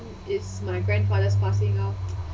is my grandfather's passing out